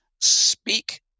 speak